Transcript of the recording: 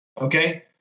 Okay